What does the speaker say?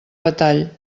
batall